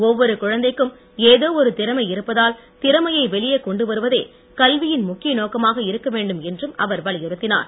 ஒவ்வொரு குழந்தைக்கும் ஏதோ ஒரு திறமை இருப்பதால் திறமையை வெளியே கொண்டுவருவதே கல்வியின் முக்கிய நோக்கமாக இருக்க வேண்டும் என்றும் அவர் வலியுறுத்தினார்